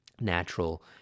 natural